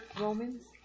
Romans